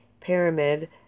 pyramid